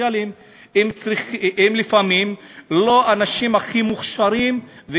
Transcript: הסוציאליים הם לפעמים לא אנשים הכי מוכשרים,